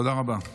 תודה רבה.